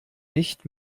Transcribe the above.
nicht